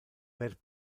per